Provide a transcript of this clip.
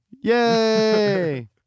Yay